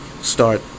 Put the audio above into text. start